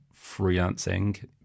freelancing